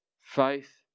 Faith